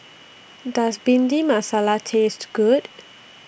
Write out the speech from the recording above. Does Bhindi Masala Taste Good